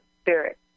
spirit